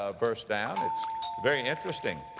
ah verse down. it's very interesting.